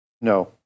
No